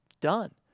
Done